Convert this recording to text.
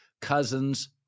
Cousins